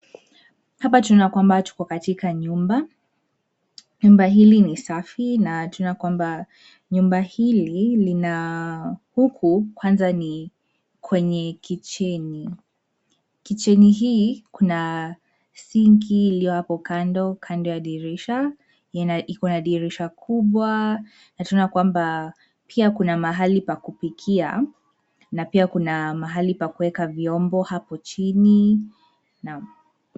Hapa tunaona kwamba tuko katika nyumba. Nyumba hili ni safi na tunaona kwamba nyumba hili lina, huku kwanza ni kwenye kicheni . Kicheni hii kuna sinki ilio hapo kando, kando ya dirisha ,ikona dirisha kubwa na tunaona kwamba pia kuna mahali pa kupikia na pia kuna mahali pa kuweka vyombo hapo chini.